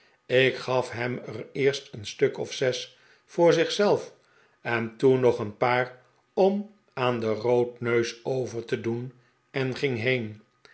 ik gaf hem er eerst een stuk of zes voor zieh zelf en toen nog een paar om aan den roodneus over te doen en ging heen